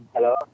Hello